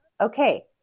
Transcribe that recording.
okay